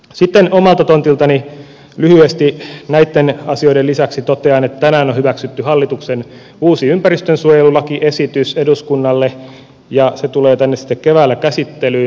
sitten omalta tontiltani lyhyesti näiden asioiden lisäksi totean että tänään on hyväksytty hallituksen uusi ympäristönsuojelulakiesitys eduskunnalle ja se tulee tänne sitten keväällä käsittelyyn